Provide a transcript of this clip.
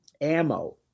Ammo